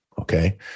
Okay